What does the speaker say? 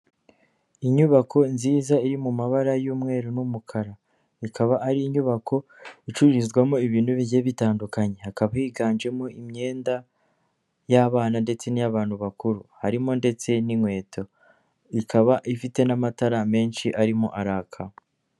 Inyubako nziza iri mu mabara y'umweru n'umukara, ikaba ari inyubako icururizwamo ibintu bijye bitandukanye, hakaba higanjemo imyenda y'abana ndetse ni iy'abantu bakuru, harimo ndetse n'inkweto, ikaba ifite n'amatara menshi arimo araka.